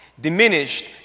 diminished